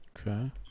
Okay